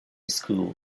school